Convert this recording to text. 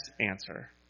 answer